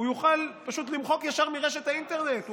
הוא יוכל פשוט למחוק ישר מהרשת, מהאינטרנט.